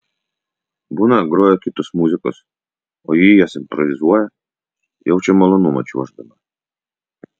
būna groja kitos muzikos o ji jas improvizuoja jaučia malonumą čiuoždama